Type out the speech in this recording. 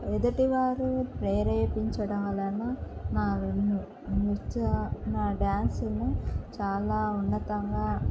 ఎదటి వారు ప్రేరేపించడం వలన నా నృత్య నా డ్యాన్సును చాలా ఉన్నతంగా